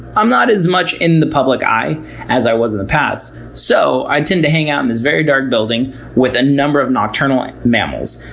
i'm not as much in the public eye as i was in the past, so i tend to hang out in this very dark building with a number of nocturnal mammals.